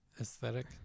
aesthetic